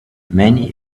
many